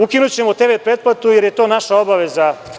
Ukinućemo tv pretplatu, jer je to naša obaveza.